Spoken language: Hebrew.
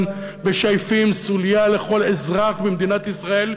משייפים סוליה לכל אזרח במדינת ישראל,